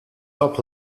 top